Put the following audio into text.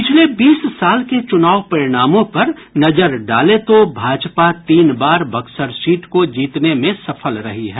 पिछले बीस साल के चुनाव परिणामों पर नजर डाले तो भाजपा तीन बार बक्सर सीट को जीतने में सफल रही है